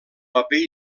paper